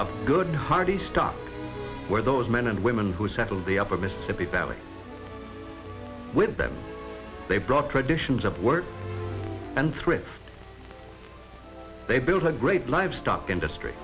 of good hardy stock where those men and women who settled the upper mississippi valley with them they brought traditions of work and thrift they built a great livestock industry